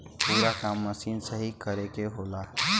पूरा काम मसीन से ही करे के होला